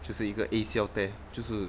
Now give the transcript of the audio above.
就是一个 A_C_L tear 就是